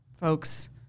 folks